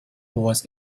was